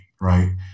right